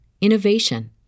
innovation